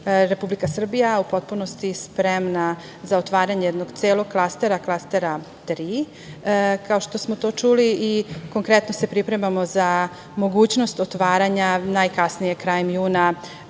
Republika Srbija u potpunosti spremna za otvaranje jednog celog klastera, klastera 3, kao što smo to čuli i konkretno se pripremamo za mogućnost otvaranja, najkasnije krajem juna,